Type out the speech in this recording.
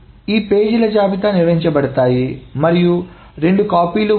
ఈ పేజీల జాబితా నిర్వహించబడతాయి మరియు రెండు కాపీలు ఉన్నాయి